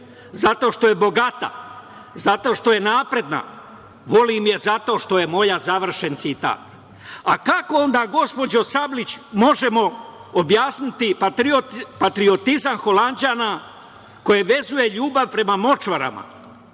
zato što je bogata, zato što je napredna, volim je zato što je moja“, završen citat. Kako onda, gospođo Sablić, možemo objasniti patriotizam Holanđana koje vezuje ljubav prema močvarama?